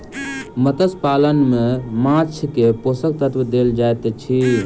मत्स्य पालन में माँछ के पोषक तत्व देल जाइत अछि